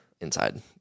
inside